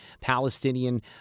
Palestinian